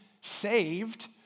saved